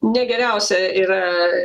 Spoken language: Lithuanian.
ne geriausia yra